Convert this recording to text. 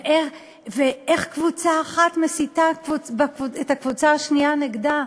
ואיך קבוצה אחת מסיתה את הקבוצה השנייה נגדה.